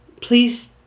please